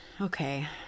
Okay